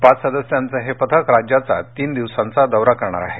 पाच सदस्यांच हे पथक राज्याचा तीन दिवसांचा दौरा करणार आहे